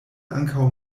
ankaŭ